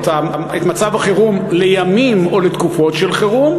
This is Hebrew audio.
את מצב החירום לימים או לתקופות של חירום,